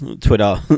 Twitter